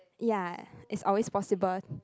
ya it's always possible